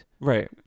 Right